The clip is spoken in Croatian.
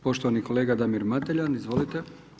Poštovani kolega Damir Mateljan, izvolite.